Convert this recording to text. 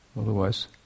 Otherwise